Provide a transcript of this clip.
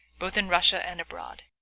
both in russia and abroad.